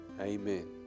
Amen